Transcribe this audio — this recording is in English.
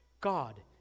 God